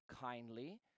kindly